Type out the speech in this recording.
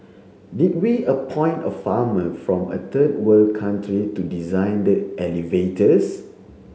did we appoint a farmer from a third world country to design the elevators